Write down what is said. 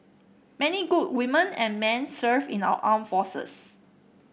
many good women and men serve in our armed forces